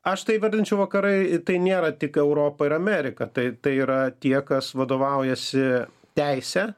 aš tai vadinčiau vakarai tai nėra tik europa yra amerika tai tai yra tie kas vadovaujasi teise